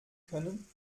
können